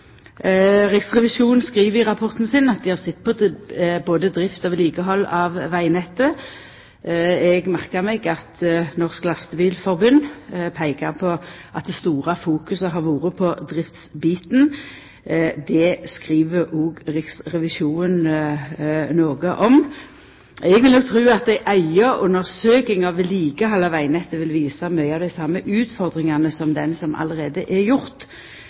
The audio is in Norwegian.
Riksrevisjonen skriv i rapporten sin at dei har sett både på drift og vedlikehald av vegnettet. Eg merka meg at Norges Lastebileier Forbund har peika på at det store fokuset har vore på driftsbiten. Det skriv òg Riksrevisjonen noko om. Eg vil tru at ei eiga undersøking av vedlikehald av vegnettet vil syna mykje av dei same utfordringane som ho som allereie er